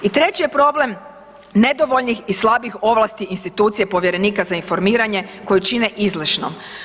I treći je problem nedovoljnih i slabih ovlasti institucije povjerenika za informiranje koju čine izlišno.